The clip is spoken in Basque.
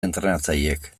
entrenatzaileek